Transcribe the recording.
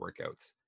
workouts